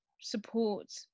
support